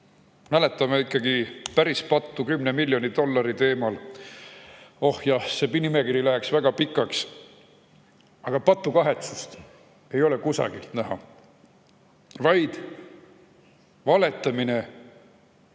mäletame ikkagi pärispattu 10 miljoni dollari teemal. Oh jah, [valede] nimekiri läheb väga pikaks. Aga patukahetsust ei ole kusagilt näha, vaid valetamine on